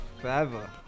Forever